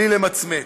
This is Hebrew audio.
בלי למצמץ.